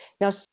Now